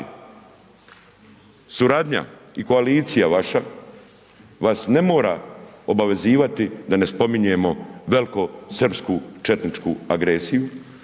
suradnja i koalicija vaša, vas ne mora obavezivati da ne spominjemo velikosrpsku četničku agresiju,